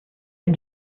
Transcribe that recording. bin